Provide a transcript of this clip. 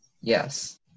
Yes